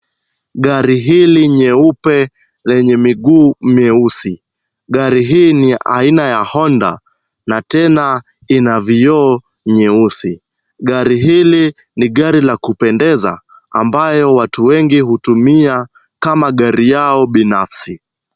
Gari hili nyeupe lenye miguu mieusi. Gari hii ni aina ya Honda na tena ina vioo nyeusi. Gari hili ni gari la kupendeza ambayo watu wengi hutumia kama gari yao binafsi.